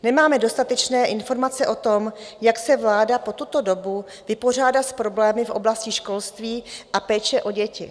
Nemáme dostatečné informace o tom, jak se vláda po tuto dobu vypořádá s problémy v oblasti školství a péče o děti.